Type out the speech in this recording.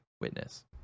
witness